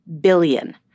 billion